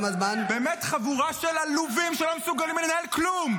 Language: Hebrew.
באמת, חבורה של עלובים שלא מסוגלים לנהל כלום.